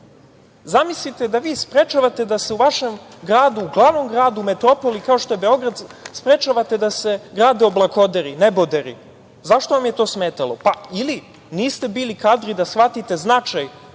Zamislite da vi sprečavate da se u vašem glavnom gradu, metropoli kao što je Beograd, grade oblakoderi, neboderi. Zašto vam je to smetalo? Ili niste bili kadri da shvatite značaj